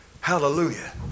Hallelujah